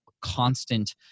constant